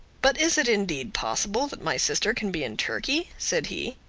but is it indeed possible that my sister can be in turkey? said he.